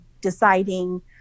deciding